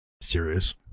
serious